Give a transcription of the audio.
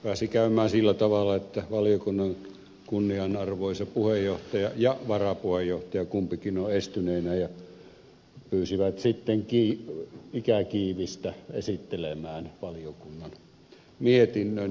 pääsi käymään sillä tavalla että valiokunnan kunnianarvoisa puheenjohtaja ja varapuheenjohtaja kumpikin ovat estyneinä ja pyysivät sitten ikäcivistä esittelemään valiokunnan mietinnön